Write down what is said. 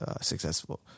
successful